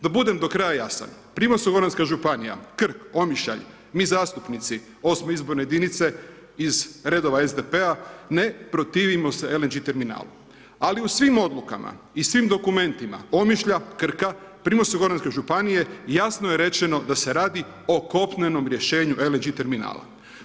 Da budem do kraja jasan Primorsko-goranska županija, Krk, Omišalj, mi zastupnici 8. izborne jedinice iz redova SDP-a ne protivimo se LNG terminalu, ali u svim odlukama i svim dokumentima Omišlja, Krka, Primorsko-goranske županije jasno je rečeno da se radi o kopnenom rješenju LNG terminala.